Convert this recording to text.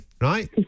right